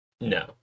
No